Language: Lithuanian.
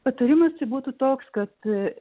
patarimas būtų toks kalbėti